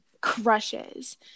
crushes